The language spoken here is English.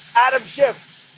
adam schiff.